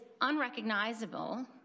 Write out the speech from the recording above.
unrecognizable